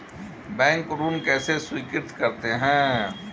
Bank ऋण कैसे स्वीकृत करते हैं?